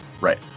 Right